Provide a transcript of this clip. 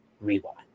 Rewind